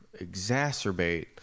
exacerbate